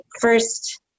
first